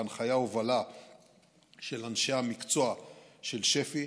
בהנחיה ובהובלה של אנשי המקצוע של שפ"י,